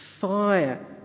Fire